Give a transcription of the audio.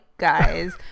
Guys